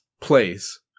place